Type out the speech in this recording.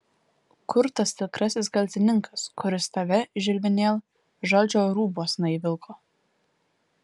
kur tas tikrasis kaltininkas kuris tave žilvinėl žalčio rūbuosna įvilko